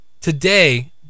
today